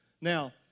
Now